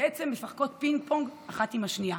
שמשחקות פינג-פונג אחת עם השנייה.